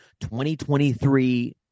2023